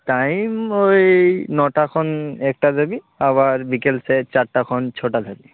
time ᱳᱭ ᱱᱚᱴᱟ ᱠᱷᱚᱱ ᱮᱠᱴᱟ ᱫᱷᱟ ᱵᱤᱡ ᱟᱵᱟᱨ ᱵᱤᱠᱮᱞ ᱥᱮ ᱪᱟᱨᱴᱟ ᱠᱷᱚᱱ ᱪᱷᱚᱴᱟ ᱫᱷᱟ ᱵᱤᱡ